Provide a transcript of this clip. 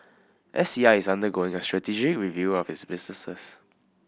S C I is undergoing a strategic review of its businesses